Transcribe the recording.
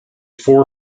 four